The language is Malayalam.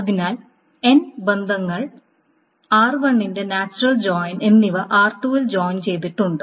അതിനാൽ n ബന്ധങ്ങൾ r1 ന്റെ നാച്ചുറൽ ജോയിൻ എന്നിവ r2 ൽ ജോയിൻ ചെയ്തിട്ടുണ്ട്